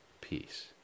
peace